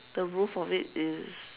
the roof of it is